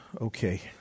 Okay